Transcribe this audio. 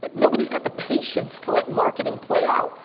nobody's got the patience to let marketing play out.